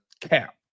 cap